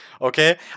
okay